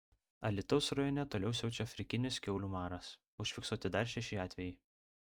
alytaus rajone toliau siaučia afrikinis kiaulių maras užfiksuoti dar šeši atvejai